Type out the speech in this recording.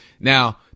Now